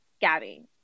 Gabby